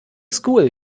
school